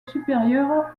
supérieure